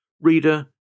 Reader